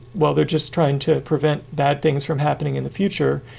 well, they're just trying to prevent bad things from happening in the future.